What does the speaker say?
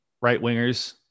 right-wingers